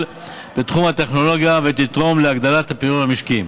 בתחום הטכנולוגיה ותתרום להגדלת הפריון המשקי.